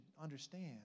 understand